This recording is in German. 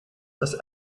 das